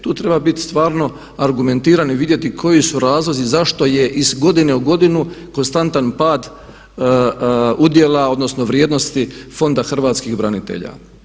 Tu treba biti stvarno argumentiran i vidjeti koji su razlozi zašto je iz godine u godinu konstantan pad udjela odnosno vrijednosti Fonda Hrvatskih branitelja.